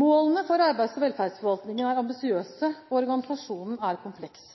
Målene for arbeids- og velferdsforvaltningen er ambisiøse, og organisasjonen er kompleks.